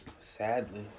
Sadly